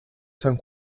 san